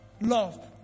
Love